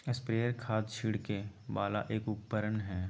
sprayer खाद छिड़के वाला एक उपकरण हय